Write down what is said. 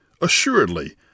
Assuredly